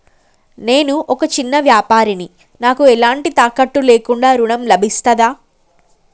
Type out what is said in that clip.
నేను ఒక చిన్న వ్యాపారిని నాకు ఎలాంటి తాకట్టు లేకుండా ఋణం లభిస్తదా?